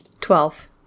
Twelve